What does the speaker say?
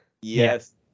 Yes